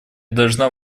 должна